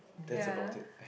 yeah